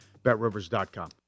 BetRivers.com